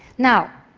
now,